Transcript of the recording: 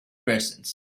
presence